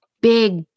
big